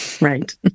Right